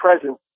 presence